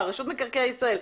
רשות מקרקעי ישראל,